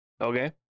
okay